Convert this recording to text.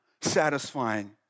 satisfying